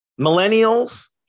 Millennials